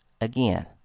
again